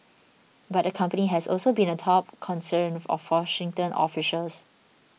but the company has also been a top concern of Washington officials